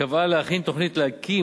קבעה להכין תוכנית להקים,